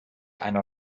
einer